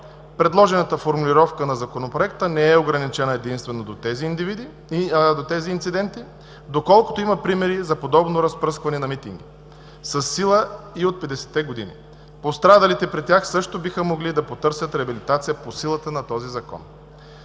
Предложената формулировка на Законопроекта не е ограничена единствено до тези инциденти, доколкото има примери за подобно разпръскване на митинги със сила и от 50-те години. Пострадалите при тях също биха могли да потърсят реабилитация по силата на този Закон.